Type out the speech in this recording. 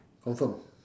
confirm